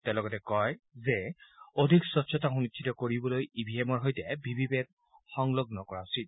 তেওঁ লগতে কয় যে অধিক স্বচ্ছতা সুনিশ্চিত কৰিবলৈ ই ভি এমৰ সৈতে ভি ভি পেট সংলগ্ন কৰা উচিত